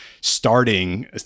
starting